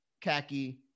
khaki